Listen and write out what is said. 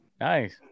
Nice